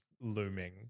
looming